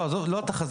לא, עזוב, לא תחזית.